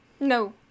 No